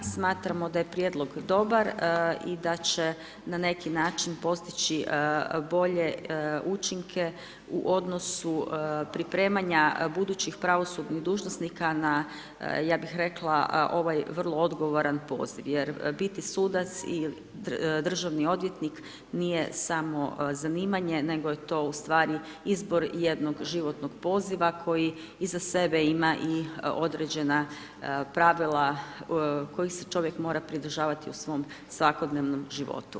Smatramo da je prijedlog dobar i da će na neki način postići bolje učinke u odnosu pripremanja budućih pravosudnih dužnosnika na, ja bih rekla, ovaj vrlo odgovoran poziv jer biti sudac i državni odvjetnik, nije samo zanimanje, nego je to ustvari izbor jednog životnog poziva koji iza sebe ima i određena pravila kojih se čovjek mora pridržavati u svom svakodnevnom životu.